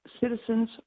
citizens